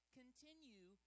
continue